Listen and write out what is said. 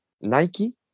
Nike. (